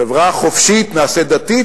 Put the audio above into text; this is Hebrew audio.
חברה חופשית נעשית דתית,